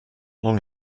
long